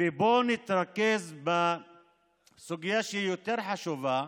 ובוא נתרכז בסוגיה שהיא יותר חשובה,